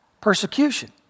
persecution